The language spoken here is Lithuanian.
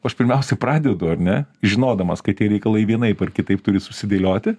o aš pirmiausia pradedu ar ne žinodamas kad tie reikalai vienaip ar kitaip turi susidėlioti